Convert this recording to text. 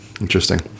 interesting